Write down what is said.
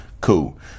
Cool